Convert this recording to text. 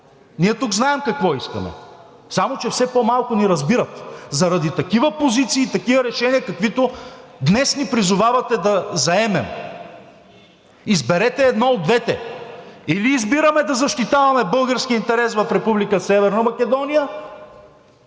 Ние тук знаем какво искаме, само че все по-малко ни разбират заради такива позиции и такива решения, каквито днес ни призовавате да заемем. Изберете едно от двете – или избираме да защитаваме българския интерес в Република